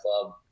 club